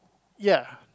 ya